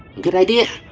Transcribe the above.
good idea!